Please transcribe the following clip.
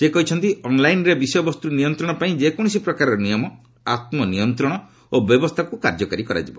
ସେ କହିଛନ୍ତି ଅନ୍ଲାଇନ୍ରେ ବିଷୟବସ୍ତୁ ନିୟନ୍ତ୍ରଣ ପାଇଁ ଯେକୌଣସି ପ୍ରକାର ନିୟମ ଆତ୍କ ନିୟନ୍ତ୍ରଣ ଓ ବ୍ୟବସ୍ଥାକୁ କାର୍ଯ୍ୟକାରୀ କରାଯିବ